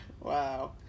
Wow